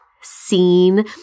scene